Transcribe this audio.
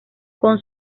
con